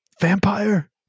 vampire